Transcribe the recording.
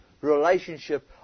Relationship